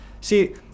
See